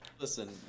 listen